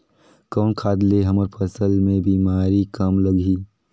कौन खाद ले हमर फसल मे बीमारी कम लगही?